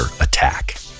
attack